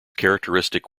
characteristic